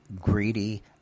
greedy